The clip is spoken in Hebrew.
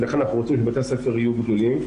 ולכן אנחנו רוצים שבתי הספר יהיו גדולים.